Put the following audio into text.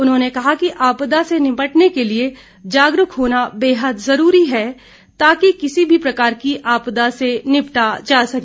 उन्होंने कहा कि आपदा से निपटने के लिए जागरूक होना बेहद जरूरी है ताकि किसी भी प्रकार की आपदा से निपटा जा सके